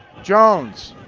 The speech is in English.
jones,